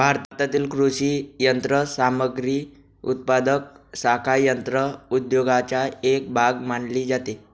भारतातील कृषी यंत्रसामग्री उत्पादक शाखा यंत्र उद्योगाचा एक भाग मानली जाते